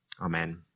Amen